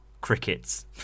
crickets